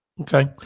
Okay